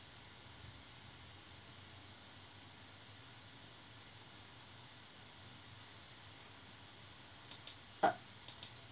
uh